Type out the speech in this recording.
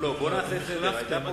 אתם החלפתם.